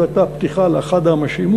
זו הייתה פתיחה ל"באחד האמשים",